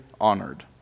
honored